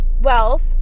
wealth